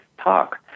talk